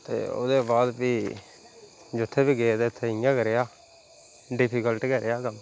ते ओह्दे बाद फ्ही जित्थें बी गे ते उत्थें इ'यां गै रेहा डिफिकल्ट गै रेहा कम्म